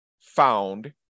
found